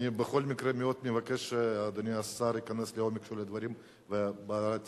אני בכל מקרה מאוד מבקש שאדוני השר ייכנס לעומק הדברים והבעיה תיפתר.